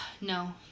No